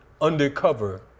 undercover